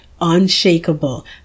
unshakable